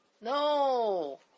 No